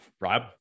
Rob